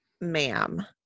ma'am